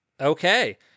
Okay